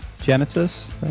genesis